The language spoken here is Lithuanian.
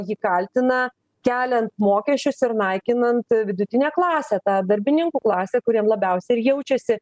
jį kaltina keliant mokesčius ir naikinant vidutinę klasę tą darbininkų klasę kuriem labiausiai ir jaučiasi